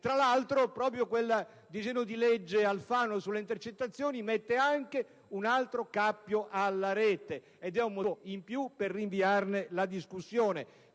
Tra l'altro, proprio il disegno di legge Alfano sulle intercettazioni mette un altro cappio alla rete - ed è un motivo in più per rinviarne la discussione